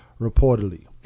reportedly